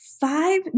five